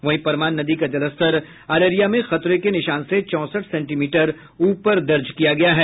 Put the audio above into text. वहीं परमान नदी का जलस्तर अररिया में खतरे के निशान से चौंसठ सेंटीमीटर ऊपर दर्ज किया गया है